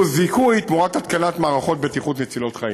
זיכוי תמורת התקנת מערכות בטיחות מצילות חיים,